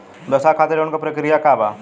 व्यवसाय खातीर लोन के प्रक्रिया का बा?